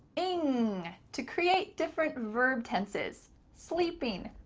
ing, to create different verb tenses. sleeping,